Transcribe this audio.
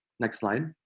next slide.